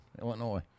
Illinois